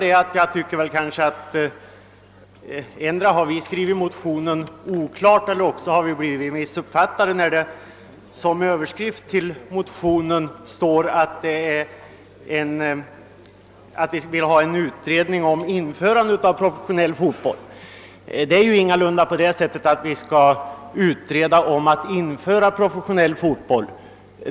Det verkar som om vi antingen har formulerat motionen oklart eller blivit missuppfattade när det som rubrik i utlåtandet står att vi önskar »införande av professionell fotboll». Vi vill emellertid ingalunda ha en utredning för att införa professionell fotboll.